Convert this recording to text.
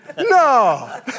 No